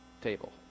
table